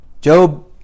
Job